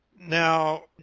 now